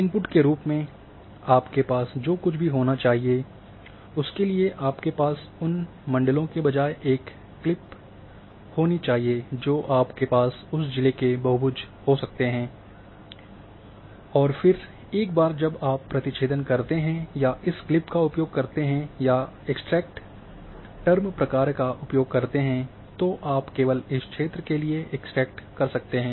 input के रूप में आपके पास जो कुछ भी होना चाहिए उसके लिए आपके पास उन मंडलों के बजाय एक क्लिप होना चाहिए जो आपके पास उस जिले के बहुभुज हो सकते हैं और फिर एक बार जब आप प्रतिछेदन करते हैं या इस क्लिप का उपयोग करते हैं या एक्स्ट्रैक्ट टर्म प्रकार्य का उपयोग करते हैं तो आप केवल इस क्षेत्र के लिए एक्सट्रैक्ट कर सकते हैं